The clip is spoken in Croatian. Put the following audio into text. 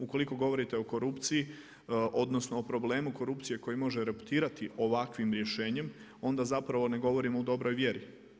Ukoliko govorite o korupciji odnosno o problemu korupcije koji može eruptirati ovakvim rješenjem onda ne govorimo u dobroj vjeri.